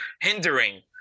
hindering